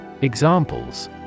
Examples